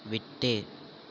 விட்டு